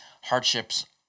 hardships